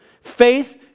Faith